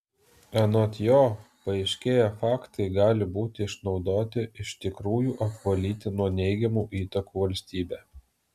anot jo paaiškėję faktai gali būti išnaudoti iš tikrųjų apvalyti nuo neigiamų įtakų valstybę